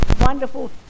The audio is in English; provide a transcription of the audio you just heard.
Wonderful